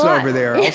over there.